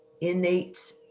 innate